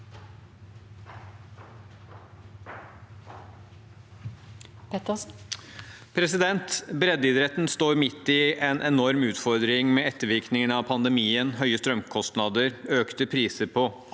Breddeidretten står midt i en enorm utfordring, med ettervirkningene av pandemien, høye strømkostnader, økte priser på